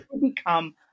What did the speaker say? become